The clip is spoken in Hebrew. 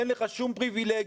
אין לך שום פריבילגי,